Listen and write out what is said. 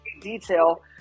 detail